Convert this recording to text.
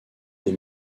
des